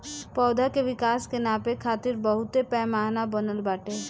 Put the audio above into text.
पौधा के विकास के नापे खातिर बहुते पैमाना बनल बाटे